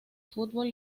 fútbol